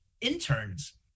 interns